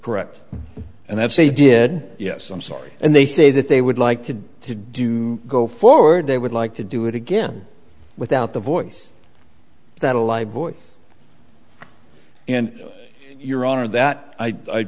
correct and that's a did yes i'm sorry and they say that they would like to to do go forward they would like to do it again without the voice that ally voice and your honor that i